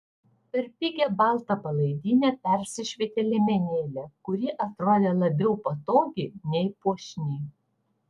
per pigią baltą palaidinę persišvietė liemenėlė kuri atrodė labiau patogi nei puošni